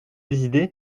décidé